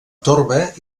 torba